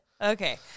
Okay